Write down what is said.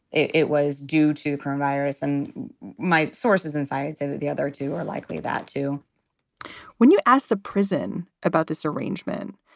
it was due to a and virus. and my sources inside say that the other two are likely that, too when you ask the prison about this arrangement,